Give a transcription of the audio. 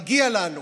מגיע לנו